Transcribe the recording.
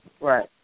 Right